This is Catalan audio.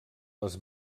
les